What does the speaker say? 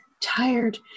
tired